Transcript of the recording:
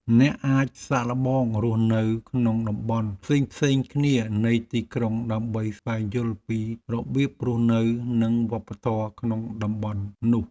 អ្នកអាចសាកល្បងរស់នៅក្នុងតំបន់ផ្សេងៗគ្នានៃទីក្រុងដើម្បីស្វែងយល់ពីរបៀបរស់នៅនិងវប្បធម៌ក្នុងតំបន់នោះ។